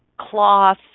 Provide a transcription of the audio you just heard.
cloth